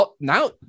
Now